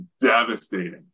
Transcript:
devastating